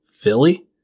Philly